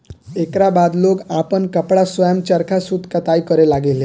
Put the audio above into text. एकरा बाद लोग आपन कपड़ा स्वयं चरखा सूत कताई करे लगले